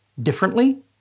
differently